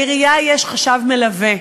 לעירייה יש חשב מלווה.